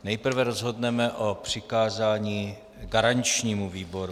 Nejprve rozhodneme o přikázání garančnímu výboru.